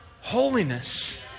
Holiness